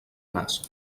nas